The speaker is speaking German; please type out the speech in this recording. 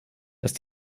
dass